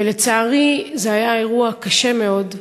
ולצערי, זה היה אירוע קשה מאוד.